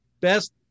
best